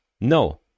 No